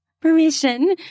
Permission